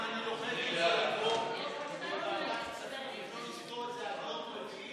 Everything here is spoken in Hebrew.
ההצעה להעביר את הצעת חוק להגדלת שיעור השתתפות